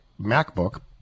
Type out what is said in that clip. macbook